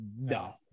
No